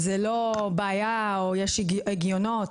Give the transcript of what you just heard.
אין הגיונות,